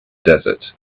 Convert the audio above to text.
desert